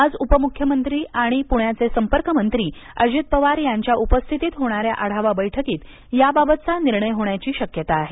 आज उपमुख्यमंत्री आणि पुण्याचे संपर्कमंत्री अजित पवार यांच्या उपस्थितीत होणाऱ्या आढावा बैठकीत याबाबतचा निर्णय होण्याची शक्यता आहे